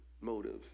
motives